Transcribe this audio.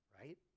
right